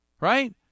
right